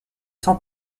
sans